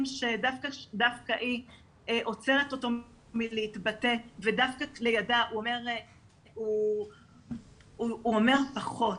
שדווקא היא עוצרת אותו מלהתבטא ודווקא לידה הוא אומר פחות,